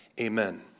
Amen